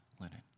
linen